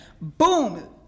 Boom